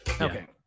okay